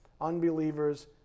unbelievers